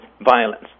violence